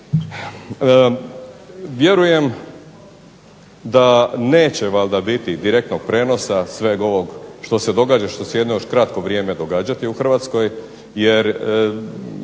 Vjerujem da neće valjda biti direktnog prijenosa sveg ovog što se događa, što će se jedno još kratko vrijeme događati u Hrvatskoj jer